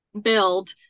build